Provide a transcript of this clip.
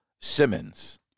Simmons